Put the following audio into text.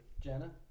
Jenna